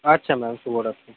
আচ্ছা ম্যাম শুভ রাত্রি